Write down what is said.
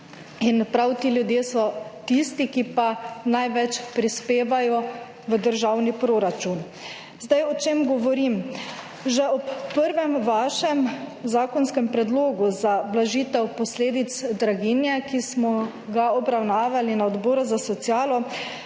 In prav ti ljudje so tisti, ki pa največ prispevajo v državni proračun. Zdaj o čem govorim? Že ob prvem vašem zakonskem predlogu za blažitev posledic draginje, ki smo ga obravnavali na Odboru za socialo,